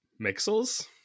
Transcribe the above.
Mixels